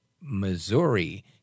Missouri